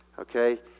Okay